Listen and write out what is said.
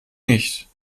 nicht